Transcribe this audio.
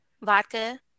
Vodka